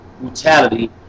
brutality